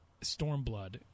Stormblood